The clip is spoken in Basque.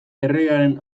erregearen